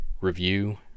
review